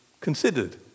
considered